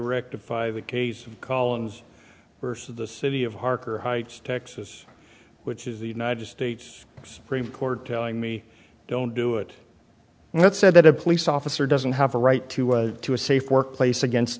rectify that case collins versus the city of harker heights texas which is the united states supreme court telling me don't do it that said that a police officer doesn't have a right to was to a safe workplace against